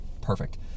perfect